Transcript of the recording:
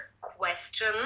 question